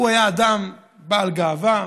הוא היה אדם בעל גאווה,